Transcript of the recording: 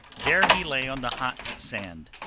there he lay on the hot sand.